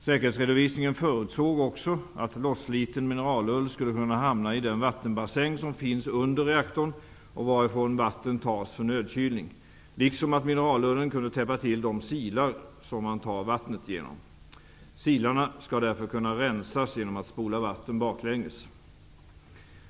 Säkerhetsredovisningen förutsåg också att lossliten mineralull skulle kunna hamna i den vattenbassäng som finns under reaktorn och varifrån vatten tas för nödkylning, liksom att mineralullen kunde täppa till de silar som man tar vattnet genom. Silarna skall därför kunna rensas genom att man spolar vattnet baklänges.